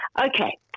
Okay